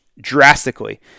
drastically